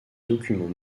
documents